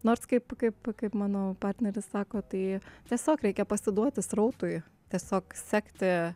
nors kaip kaip kaip mano partneris sako tai tiesiog reikia pasiduoti srautui tiesiog sekti